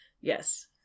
yes